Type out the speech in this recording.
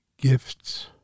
gifts